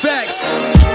Facts